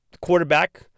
quarterback